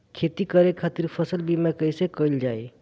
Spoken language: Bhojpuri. खेती करे के खातीर फसल बीमा कईसे कइल जाए?